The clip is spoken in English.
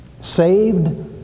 Saved